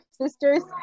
sisters